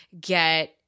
get